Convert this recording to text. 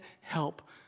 help